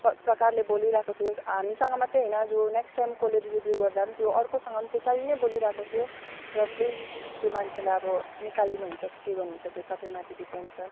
प प्रकारले बोलिरहेको थियो हामीसँग मात्रै हैन जो नेक्स्ट टाइमकोले डेलिभरी गर्दा पनि त्यो अर्कैसँग पनि त्यो त्यसरी नै बोलिरहेको थियो र प्लिज त्यो मान्छेलाई अब निकालिदिनुहुन्छ कि के गर्नुहुन्छ त्यो तपाईँमाथि डिपेन्ड छ